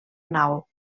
nau